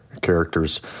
characters